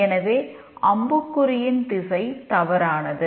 எனவே அன்புக்குறியின் திசை தவறானது